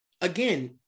again